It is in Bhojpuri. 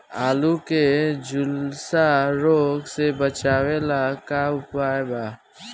आलू के झुलसा रोग से बचाव ला का उपाय बा?